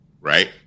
right